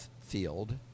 field